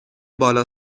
بالا